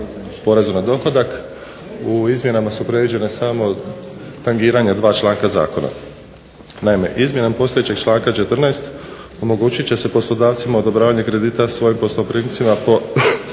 porezu na dohodak, u izmjenama su predviđena samo tangiranja dva članka zakona. Naime, izmjenom postojećeg članka 14. omogućit će se poslodavcima odobravanje kredita svojim posloprimcima po